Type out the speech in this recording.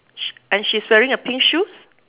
sh~ and she's wearing a pink shoes